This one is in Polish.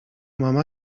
mama